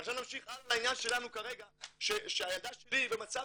עכשיו נמשיך הלאה לעניין שלנו כרגע שהילדה שלי היא במצב